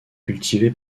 cultivé